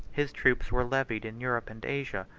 his troops were levied in europe and asia,